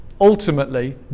ultimately